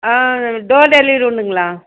door delivery உண்டுங்களா